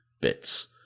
bits